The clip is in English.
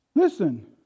Listen